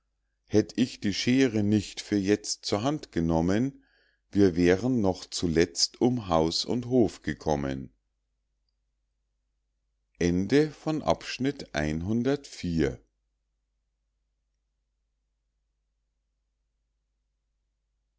hätt ich die scheere nicht für jetzt zur hand genommen wir wären noch zuletzt um haus und hof gekommen